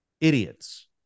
idiots